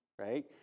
right